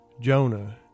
Jonah